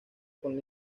con